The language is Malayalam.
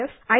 F I